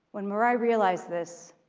when mari realized this,